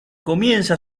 comienza